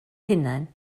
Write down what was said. hunan